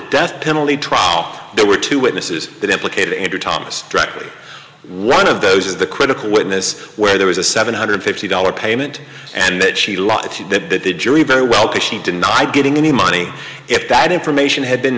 death penalty trial there were two witnesses that implicated in her thomas record one of those is the critical witness where there was a seven hundred fifty dollars payment and that she lied she did that the jury very well could she deny getting any money if that information had been